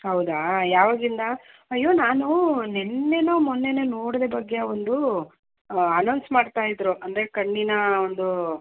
ಹೌದಾ ಯಾವಾಗಿಂದ ಅಯ್ಯೋ ನಾನು ನಿನ್ನೆನೋ ಮೊನ್ನೆನೋ ನೊಡಿದೆ ಭಾಗ್ಯ ಒಂದು ಅನೌನ್ಸ್ ಮಾಡ್ತಾ ಇದ್ದರು ಅಂದರೆ ಕಣ್ಣಿನ ಒಂದು